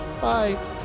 Bye